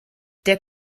der